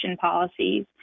policies